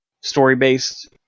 story-based